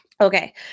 okay